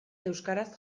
euskaraz